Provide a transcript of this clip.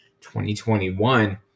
2021